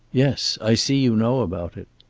yes. i see you know about it.